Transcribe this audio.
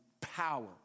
power